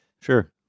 Sure